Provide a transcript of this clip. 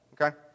okay